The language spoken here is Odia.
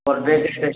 ପର୍ ଡେ କେତେ